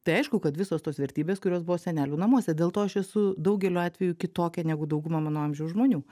tai aišku kad visos tos vertybės kurios buvo senelių namuose dėl to aš esu daugeliu atvejų kitokia negu dauguma mano amžiaus žmonių